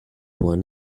one